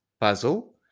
puzzle